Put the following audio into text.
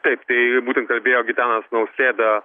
taip tai būtent kalbėjo gitanas nausėda